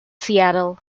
seattle